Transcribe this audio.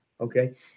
Okay